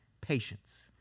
patience